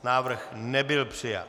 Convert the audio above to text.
Návrh nebyl přijat.